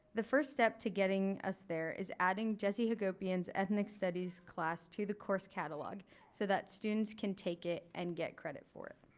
the first step to getting us there is adding jesse hagopian's ethnic studies class to the course catalog so that students can take it and get credit for it.